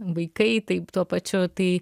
vaikai taip tuo pačiu tai